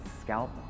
scalp